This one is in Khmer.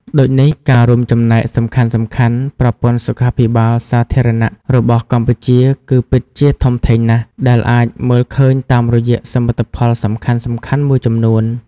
ដូចនេះការរួមចំណែកសំខាន់ៗប្រព័ន្ធសុខាភិបាលសាធារណៈរបស់កម្ពុជាគឺពិតជាធំធេងណាស់ ដែលអាចមើលឃើញតាមរយៈសមិទ្ធផលសំខាន់ៗមួយចំនួន។